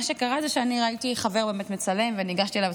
מה שקרה זה שאני ראיתי חבר מצלם וניגשתי אליו,